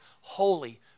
holy